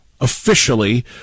officially